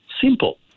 simple